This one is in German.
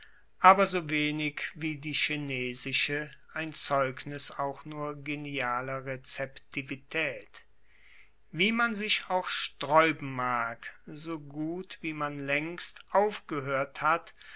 aber so wenig wie die chinesische ein zeugnis auch nur genialer rezeptivitaet wie man sich auch straeuben mag so gut wie man laengst aufgehoert hat